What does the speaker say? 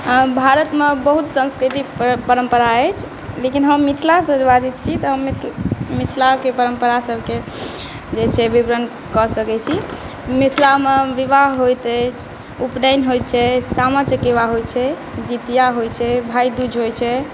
भारतमे बहुत साँस्कृतिक परम्परा अछि लेकिन हम मिथिलासँ जे बाजै छी तऽ हम मिथिलाके परम्परासबके जे छै विवरण कऽ सकै छी मिथिलामे विवाह होइत अछि उपनयन होइ छै सामा चकेवा होइ छै जितिआ होइ छै भाइदूज होइ छै